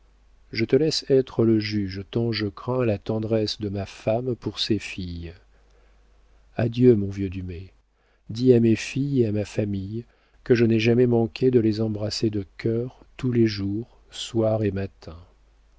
je te laisse être le juge tant je crains la tendresse de ma femme pour ses filles adieu mon vieux dumay dis à mes filles et à ma femme que je n'ai jamais manqué de les embrasser de cœur tous les jours soir et matin